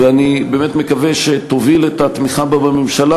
ואני באמת מקווה שתוביל את התמיכה בה בממשלה